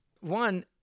One